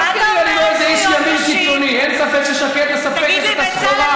גם כן לא איזה איש ימין קיצוני: אין ספק ששקד מספקת את הסחורה.